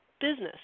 business